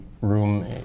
room